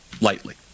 lightly